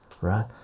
right